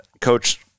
Coach